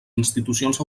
institucions